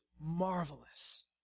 marvelous